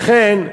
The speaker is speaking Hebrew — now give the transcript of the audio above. לכן,